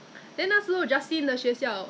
certain num~